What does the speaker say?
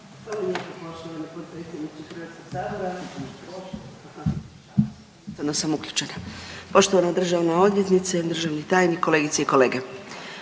Poštovana državna odvjetnice, državni tajnik, kolegice i kolege.